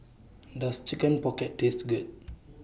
Does Chicken Pocket Taste Good